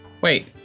Wait